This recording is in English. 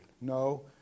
No